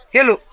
Hello